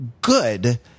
good